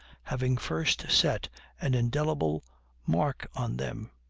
having first set an indelible mark on them,